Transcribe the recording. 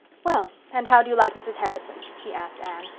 well, and how do you like mrs. harrison? she asked anne.